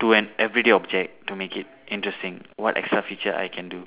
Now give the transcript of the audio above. to an everyday object to make it interesting what extra feature I can do